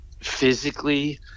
physically